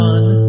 One